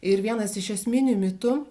ir vienas iš esminių mitų